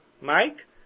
Mike